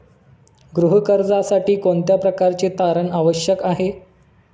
गृह कर्जासाठी कोणत्या प्रकारचे तारण आवश्यक आहे?